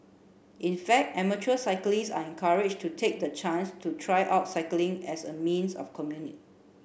in fact amateur cyclists are encouraged to take the chance to try out cycling as a means of commute